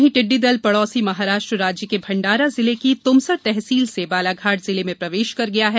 वहींटिड्डी दल पड़ोसी महाराष्ट्र राज्य के भंडारा जिले की त्मसर तहसील से बालाघाट जिले में प्रवेश कर गया है